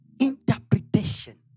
interpretation